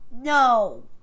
No